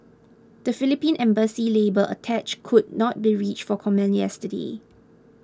the Philippine Embassy's labour attach could not be reached for comment yesterday